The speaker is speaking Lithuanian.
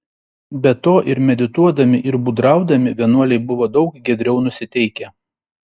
be to ir medituodami ir būdraudami vienuoliai buvo daug giedriau nusiteikę